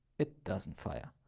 it doesn't fire.